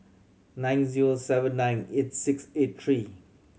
nine zero seven nine eight six eight three